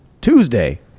Tuesday